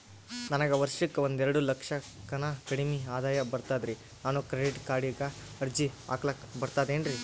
ನನಗ ವರ್ಷಕ್ಕ ಒಂದೆರಡು ಲಕ್ಷಕ್ಕನ ಕಡಿಮಿ ಆದಾಯ ಬರ್ತದ್ರಿ ನಾನು ಕ್ರೆಡಿಟ್ ಕಾರ್ಡೀಗ ಅರ್ಜಿ ಹಾಕ್ಲಕ ಬರ್ತದೇನ್ರಿ?